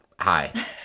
Hi